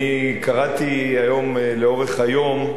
אני קראתי היום לאורך היום,